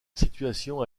situation